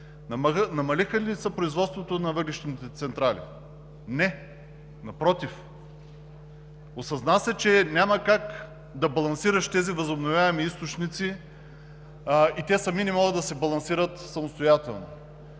Намали ли се производството на въглищните централи? Не, напротив! Осъзна се, че няма как да балансираш тези възобновяеми източници и те сами не могат да се балансират самостоятелно.